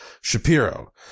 Shapiro